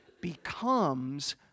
becomes